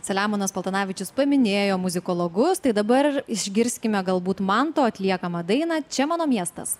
selemonas paltanavičius paminėjo muzikologus tai dabar išgirskime galbūt manto atliekamą dainą čia mano miestas